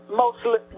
mostly